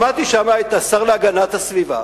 שמעתי שם את השר להגנת הסביבה,